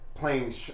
Playing